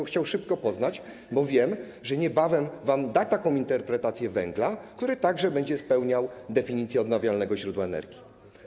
Chciałbym go szybko poznać, bo wiem, że niebawem da wam taką interpretację węgla, który także będzie spełniał definicję odnawialnego źródła energii.